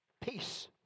Peace